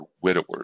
widowers